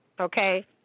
Okay